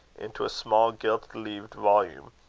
into a small gilt-leaved volume,